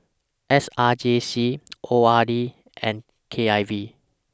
S R J C O R D and K I V